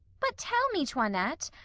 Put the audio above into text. but tell me, toinette,